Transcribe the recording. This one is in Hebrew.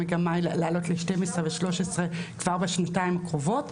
המגמה היא לעלות ל-12% ו-13% כבר בשנתיים הקרובות.